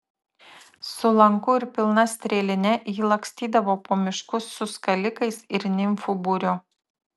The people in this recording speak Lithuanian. su lanku ir pilna strėline ji lakstydavo po miškus su skalikais ir nimfų būriu